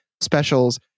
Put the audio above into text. specials